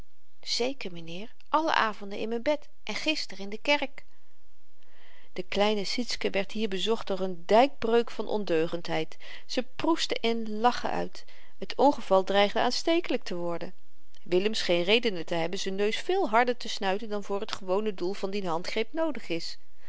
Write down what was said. zeker m'nheer alle avenden in m'n bed en gister in de kerk de kleine sietske werd hier bezocht door n dykbreuk van ondeugendheid ze proestte in lachen uit het ongeval dreigde aanstekelyk te worden willem scheen redenen te hebben z'n neus veel harder te snuiten dan voor t gewone doel van dien handgreep noodig is